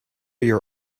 your